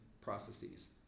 processes